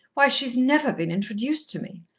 why, she's never been introduced to me.